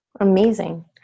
amazing